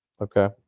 Okay